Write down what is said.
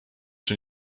czy